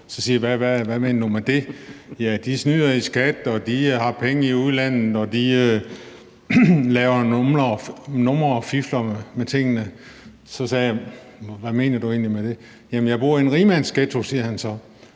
Så siger jeg: Hvad mener du med det? Så siger han: Ja, de snyder i skat, og de har penge i udlandet, og de laver numre og fifler med tingene. Så sagde jeg: Hvad mener du egentlig med det? Så siger han så: Jeg bor i en rigmandsghetto. Så siger jeg: